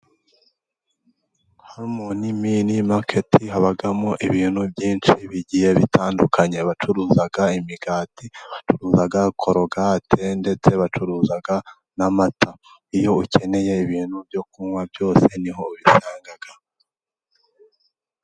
Horumoni mini maketi habamo ibintu byinshi bigiye bitandukanye. Bacuruza imigati, bacuruza korogate, ndetse bacuruza n'amata. Iyo ukeneye ibintu byo kunywa byose ni ho ubisanga.